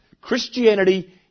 Christianity